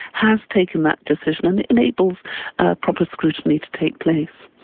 has taken that decision, and it enables proper scrutiny to take place.